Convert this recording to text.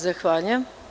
Zahvaljujem.